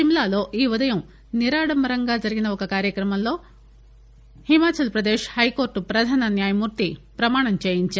సిమ్లాలో ఈ ఉదయం నిరాడంబరంగా జరిగిన కార్యక్రమంలో హిమాచల్ ప్రదేశ్ హైకోర్టు ప్రధాన న్యయమూర్తి ప్రమాణం చేయించారు